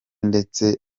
ndetse